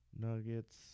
Nuggets